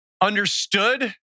understood